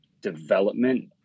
development